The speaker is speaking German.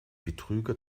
betrüger